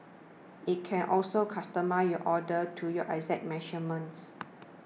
it can also customise your order to your exact measurements